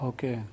Okay